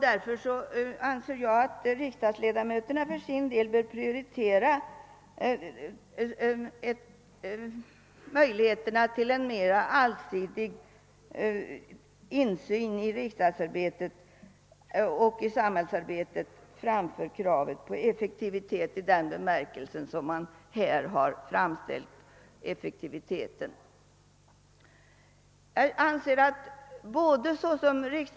Därför anser jag: att riksdagsledamöterna bör prioritera: möjligheterna till en mera allsidig insyn i riksdagsarbetet och i samhällslivet framför kravet på effektivitet i den be-- märkelse som det har talats om här.